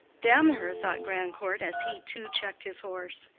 damn her! thought grandcourt, as he too checked his horse.